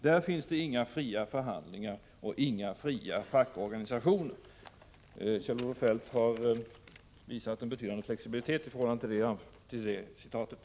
Där finns det inga fria förhandlingar och inga fria fackorganisationer. Kjell-Olof Feldt har visat en betydande flexibilitet i förhållande till det uttalandet.